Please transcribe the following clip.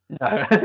No